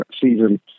season